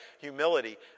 Humility